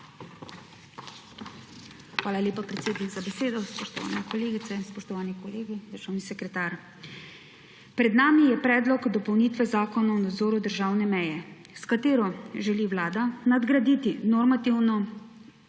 Hvala lepa, predsednik za besedo. Spoštovane kolegice, spoštovani kolegi, državni sekretar! Pred nami je predlog dopolnitve Zakona o nazoru državne meje, s katero želi Vlada nadgraditi normativno